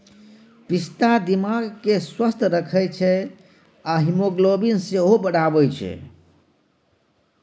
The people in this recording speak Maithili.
पिस्ता दिमाग केँ स्वस्थ रखै छै आ हीमोग्लोबिन सेहो बढ़ाबै छै